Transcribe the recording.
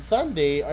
Sunday